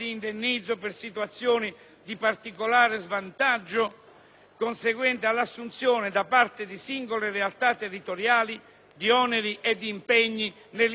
conseguenti all'assunzione da parte di singole realtà territoriali di oneri e impegni nell'interesse di tutta la collettività nazionale.